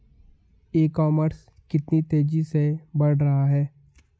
ई commerce कितनी तेजी से बढ़ रहा है?